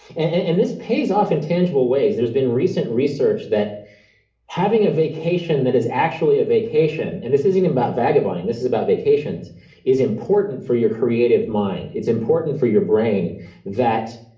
and and and this pays off in tangible ways. there's been recent research that having a vacation that is actually a vacation and this isn't even about vagabonding this is about vacations is important for your creative mind. it's important for your brain that